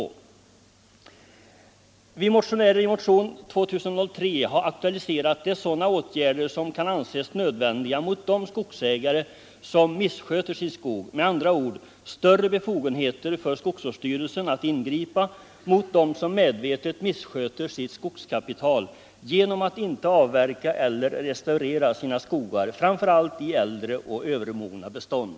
Vad vi motionärer i motion 2003 aktualiserat är sådana åtgärder som kan anses nödvändiga mot skogsägare som missköter sin skog - med andra ord större befogenheter för skogsvårdsstyrelsen att ingripa mot dem som medvetet. missköter sitt skogskapital genom att inte avverka eller restaurera sina skogar, framför allt i äldre och övermogna bestånd.